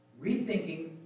Rethinking